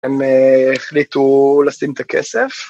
‫הם החליטו לשים את הכסף.